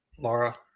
Laura